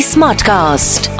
Smartcast